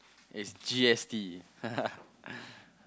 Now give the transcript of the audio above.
is G_S_T